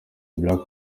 black